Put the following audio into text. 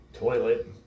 toilet